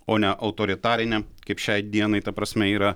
o ne autoritarinė kaip šiai dienai ta prasme yra